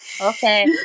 Okay